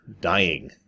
dying